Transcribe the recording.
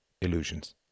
illusions